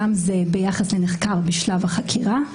שם זה ביחס לנחקר בשלב החקירה.